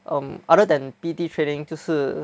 um other than P_T training 就是